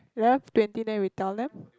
eleven twenty then we tell them